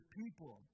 people